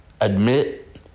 admit